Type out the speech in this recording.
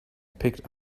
picked